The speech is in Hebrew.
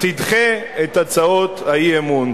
תדחה את הצעות האי-אמון.